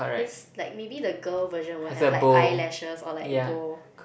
then s~ like maybe the girl version will have like eyelashes or like bow